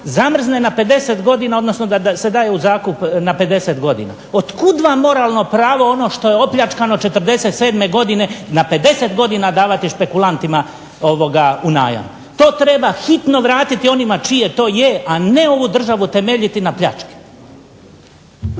zamrzne na 50 godina, odnosno da se daje u zakup na 50 godina. Otkud vam moralno pravo ono što je opljačkano '47. godine na 50 godina davati špekulantima u najam? To treba hitno vratiti onima čije to je, a ne ovu državu temeljiti na pljački.